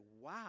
wow